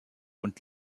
und